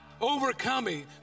overcoming